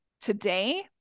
today